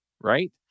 right